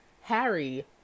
Harry